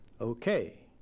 okay